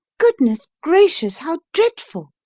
goodness gracious, how dreadful!